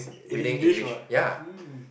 he can engage what mm